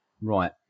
Right